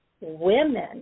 Women